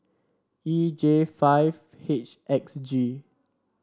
E J five H X G